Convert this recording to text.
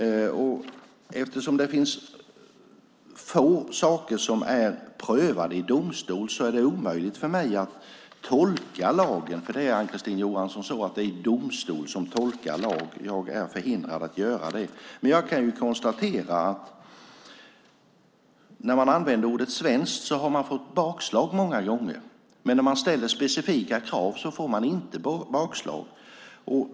Eftersom det finns få saker som är prövade i domstol är det omöjligt för mig att tolka lagen. Det är så, Ann-Kristine Johansson, att det är domstol som tolkar lag. Jag är förhindrad att göra det. Jag kan konstatera att när man använt ordet svenskt har man fått bakslag många gånger, men när man ställer specifika krav får man inte bakslag.